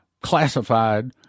classified